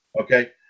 okay